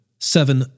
Seven